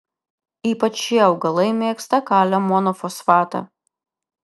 ypač šie augalai mėgsta kalio monofosfatą